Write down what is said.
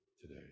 today